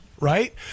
right